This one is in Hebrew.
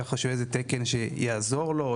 ככה שיהיה איזה תקן שיעזור לו,